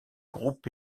groupe